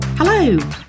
Hello